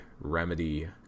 remedy